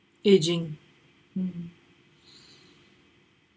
aging mm